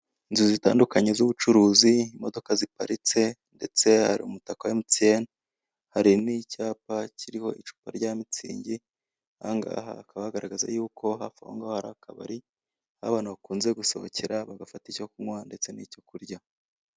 Inzu zitandukanye z'ubucuruzi, imodoka ziparitse, ndetse hari umutaka wa MTN hari n'icyapa kiriho icupa rya mitsingi aha ngaha hakaba hagaragaza yuko hafi aho ngaho akabari aho abantu bakunze gusohokera bagafate icyo kunywa ndetse n'icyo kurya.